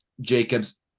Jacobs